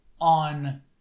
on